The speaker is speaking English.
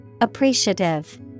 Appreciative